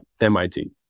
MIT